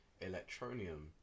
electronium